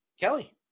kelly